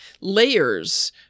layers